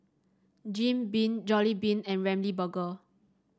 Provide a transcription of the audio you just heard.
Jim Beam Jollibean and Ramly Burger